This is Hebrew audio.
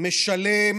משלם